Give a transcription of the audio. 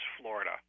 Florida